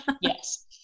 yes